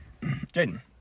Jaden